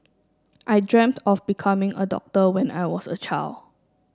I dreamt of becoming a doctor when I was a child